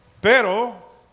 pero